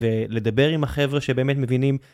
ולדבר עם החבר'ה שבאמת מבינים.